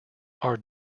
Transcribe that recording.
are